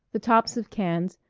the tops of cans,